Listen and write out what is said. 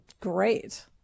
great